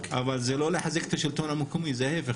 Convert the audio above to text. זה לא לחזק את השלטון המקומי, זה ההפך.